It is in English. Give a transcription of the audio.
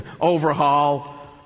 overhaul